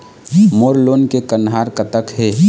मोर loan के कन्हार कतक हे?